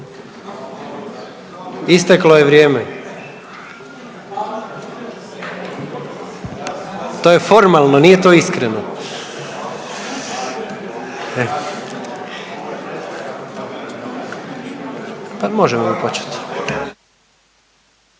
Isteklo je vrijeme. To je formalno, to nije iskreno. **Jandroković,